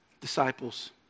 Disciples